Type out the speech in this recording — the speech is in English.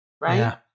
right